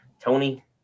tony